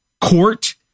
court